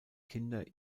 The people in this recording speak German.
kinder